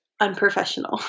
unprofessional